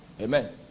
Amen